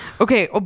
Okay